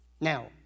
Now